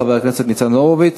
חבר הכנסת ניצן הורוביץ,